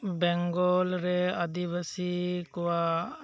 ᱵᱮᱝᱜᱚᱞ ᱨᱮ ᱟᱫᱤᱵᱟᱹᱥᱤ ᱠᱚᱣᱟᱜ